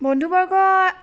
বন্ধুবৰ্গ